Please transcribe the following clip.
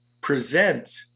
present